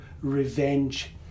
revenge